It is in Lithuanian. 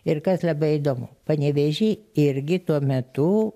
ir kas labai įdomu panevėžy irgi tuo metu